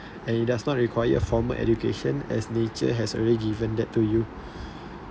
and it does not require formal education as nature has already given that to you